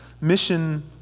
mission